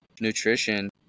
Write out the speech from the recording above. nutrition